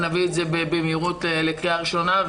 נביא את זה במהירות לקריאה ראשונה,